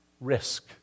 risk